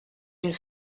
une